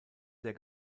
der